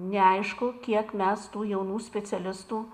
neaišku kiek mes tų jaunų specialistų